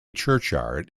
churchyard